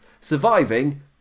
surviving